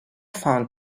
found